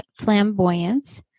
flamboyance